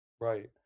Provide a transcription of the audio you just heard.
Right